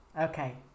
Okay